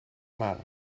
mar